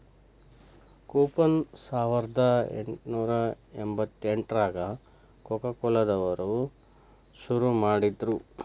coupon ಸಾವರ್ದಾ ಎಂಟ್ನೂರಾ ಎಂಬತ್ತೆಂಟ್ರಾಗ ಕೊಕೊಕೊಲಾ ದವ್ರು ಶುರು ಮಾಡಿದ್ರು